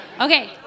okay